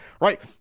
Right